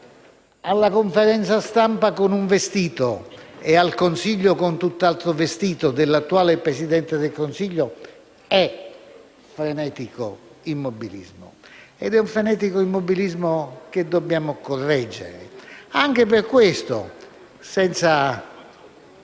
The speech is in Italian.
alla conferenza stampa con un vestito e al Consiglio con tutt'altro vestito dell'attuale Presidente del Consiglio - è frenetico immobilismo. È un frenetico immobilismo che dobbiamo correggere. Anche per questo, senza